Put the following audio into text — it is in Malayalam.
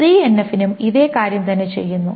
3 NF നും ഇതേ കാര്യം തന്നെ ചെയ്യുന്നു